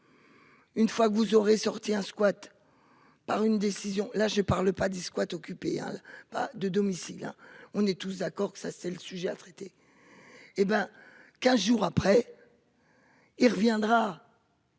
Une fois que vous aurez sorti un squat. Par une décision là je parle pas du squat occupé à pas de domicile hein on est tous d'accord que ça c'est le sujet à traiter. Hé ben 15 jours après. Il reviendra.